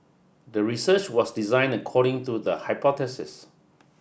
the research was designed according to the hypothesis